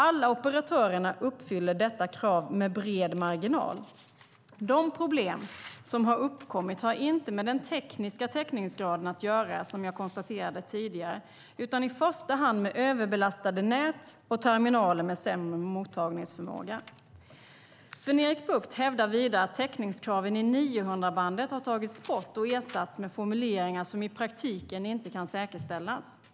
Alla operatörer uppfyller detta krav med bred marginal. De problem som har uppkommit har inte med den tekniska täckningsgraden att göra, som jag konstaterade tidigare, utan i första hand med överbelastade nät och terminaler med sämre mottagningsförmåga. Sven-Erik Bucht hävdar vidare att täckningskraven i 900-megahertzbandet har tagits bort och ersatts med formuleringar som i praktiken inte kan säkerställas.